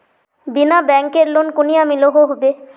बिना बैंकेर लोन कुनियाँ मिलोहो होबे?